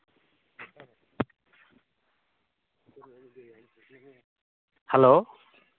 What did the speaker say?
hello